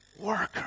worker